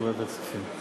בוועדת הכספים.